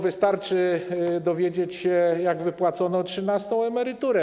Wystarczy dowiedzieć się, jak wypłacono trzynastą emeryturę.